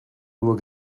nur